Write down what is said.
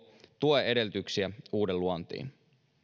tue edellytyksiä uuden luontiin